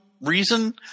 reason